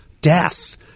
Death